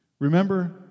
Remember